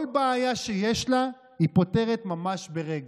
כל בעיה שיש לה היא פותרת ממש ברגע,